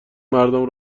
مردم